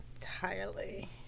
entirely